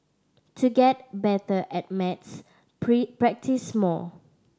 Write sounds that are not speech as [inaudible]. to get better at maths [unintelligible] practise more